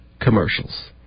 commercials